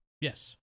Yes